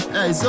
Hey